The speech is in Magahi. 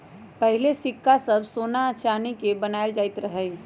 पहिले सिक्का सभ सोना आऽ चानी के बनाएल जाइत रहइ